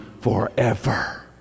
forever